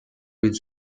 with